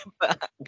back